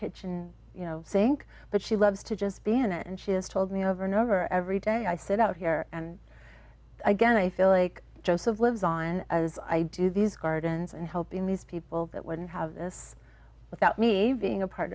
kitchen sink but she loves to just be in it and she has told me over and over every day i sit out here and again i feel like joseph lives on as i do these gardens and helping these people that wouldn't have this without me being a part